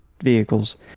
vehicles